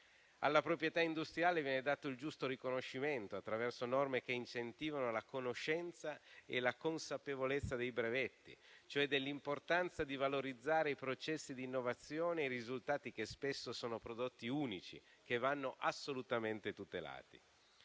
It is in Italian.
Alla proprietà industriale viene dato il giusto riconoscimento attraverso norme che incentivano la conoscenza e la consapevolezza dei brevetti, cioè dell'importanza di valorizzare i processi di innovazione e i risultati che spesso sono prodotti unici, che vanno assolutamente tutelati.